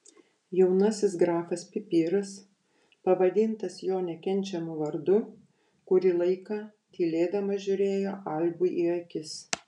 jaunasis grafas pipiras pavadintas jo nekenčiamu vardu kurį laiką tylėdamas žiūrėjo albui į akis